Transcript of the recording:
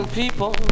people